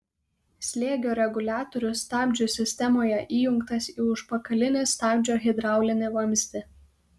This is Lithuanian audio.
slėgio reguliatorius stabdžių sistemoje įjungtas į užpakalinį stabdžio hidraulinį vamzdį